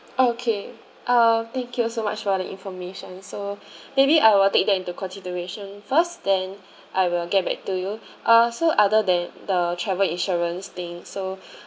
okay uh thank you so much for the information so maybe I will take that into consideration first then I will get back to you uh so other than the travel insurance thing so